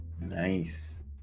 Nice